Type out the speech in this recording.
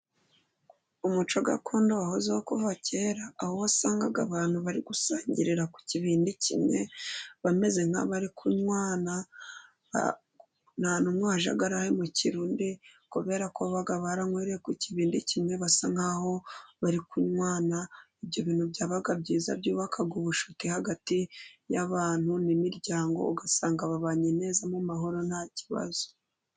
Umuco gakondo wahozeho kuva kera, aho wasangaga abantu bari gusangirira ku kibindi kimwe, bameze nk'abari kunywana, nta n'umwe wajyaga ahemukira undi, kubera ko baba baranywereye ku kibindi kimwe basa nk'aho bari kunywana, ibyo bintu byabaga byiza, byubakaga ubucuti hagati y'abantu n'imiryango, ugasanga babanye neza mu mahoro nta kibazo.